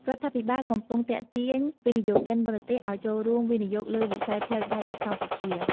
រដ្ឋាភិបាលកំពុងទាក់ទាញវិនិយោគិនបរទេសឱ្យចូលរួមវិនិយោគលើវិស័យផ្លូវដែកនៅកម្ពុជា។